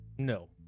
No